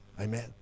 Amen